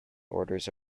orders